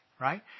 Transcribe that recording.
right